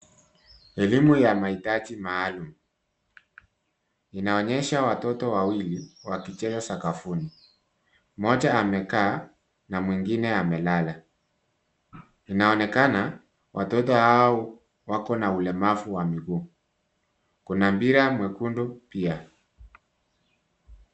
Elimu ya mahitaji maalum. Inaonyesha watoto wawili wakicheza sakafuni. Mmoja amekaa na mwingine amelala. Inaonekana watoto hao wako na ulemavu wa miguu. Kuna mpira mwekundu pia.